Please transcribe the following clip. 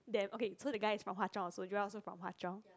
them okay so the guy is from Hwa Chong also Joel also from Hwa Chong